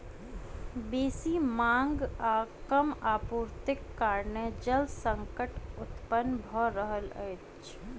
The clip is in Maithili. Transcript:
बेसी मांग आ कम आपूर्तिक कारणेँ जल संकट उत्पन्न भ रहल अछि